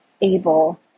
able